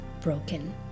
broken